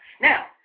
Now